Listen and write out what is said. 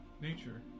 nature